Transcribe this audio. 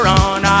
on